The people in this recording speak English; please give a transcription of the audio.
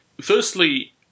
Firstly